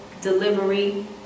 delivery